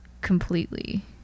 completely